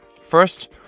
First